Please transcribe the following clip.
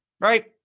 Right